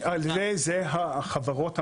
מי שאחראי על זה חברות המשקאות.